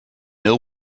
ill